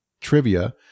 trivia